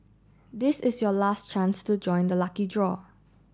this is your last chance to join the lucky draw